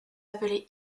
appeler